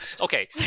okay